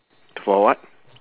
for what